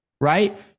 right